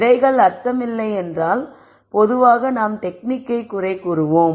விடைகள் அர்த்தமில்லை என்றால் பொதுவாக நாம் டெக்னிக்கை குறை கூறுவோம்